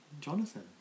Jonathan